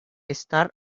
star